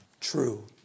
True